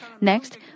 Next